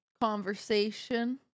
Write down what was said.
conversation